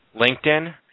LinkedIn